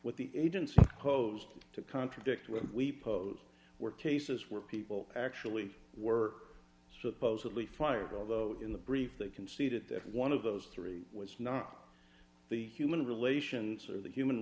what the agency posted to contradict what we posed were tases where people actually were supposedly fired although in the brief they conceded that one of those three was not the human relations or the human